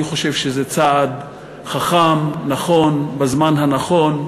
אני חושב שזה צעד חכם, נכון, בזמן הנכון.